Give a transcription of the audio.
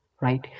right